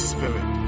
Spirit